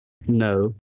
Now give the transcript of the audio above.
No